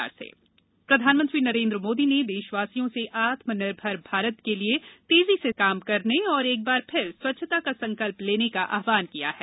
मन की बात प्रधानमंत्री नरेंद्र मोदी ने देशवासियों से आत्मनिर्भर भारत के लिए तेजी से काम करने और एक बार फिर स्वच्छता का संकल्प लेने का आहवान किया है